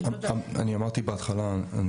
אמרתי בהתחלה,